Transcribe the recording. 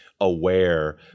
aware